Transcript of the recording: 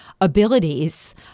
abilities